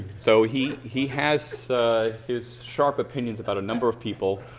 so he he has his sharp opinions about a number of people.